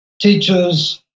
teachers